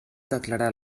declarà